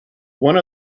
one